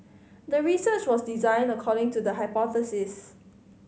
the research was designed according to the hypothesis